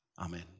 Amen